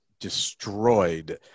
destroyed